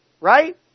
Right